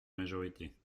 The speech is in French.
majorité